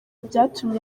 byatumye